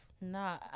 no